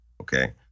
okay